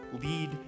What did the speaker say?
lead